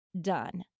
done